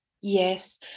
Yes